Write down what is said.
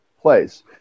place